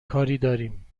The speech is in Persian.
داریم